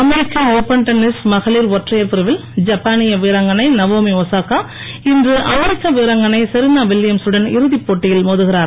அமெரிக்க open tennis மகளிர் ஒற்றயைர் பிரிவில் ஜப்பானிய வீராங்கனை நவோமி ஒசாகா இன்று அமெரிக்க வீராங்கனை செரீனா வில்லியம்ஸ் உடன் இறுதிப்போட்டியில் மோதுகிறார்